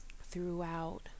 throughout